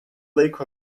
lake